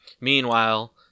Meanwhile